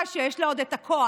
שיש לה עוד את הכוח.